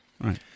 Right